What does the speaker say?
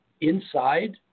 inside